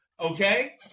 Okay